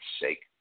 sake